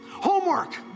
Homework